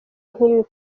nk’ibi